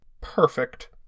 perfect